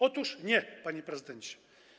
Otóż nie, panie prezydencie.